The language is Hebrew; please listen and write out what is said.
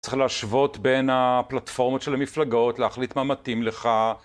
צריך להשוות בין הפלטפורמות של המפלגות, להחליט מה מתאים לך.